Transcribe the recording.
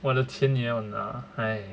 我的钱也要那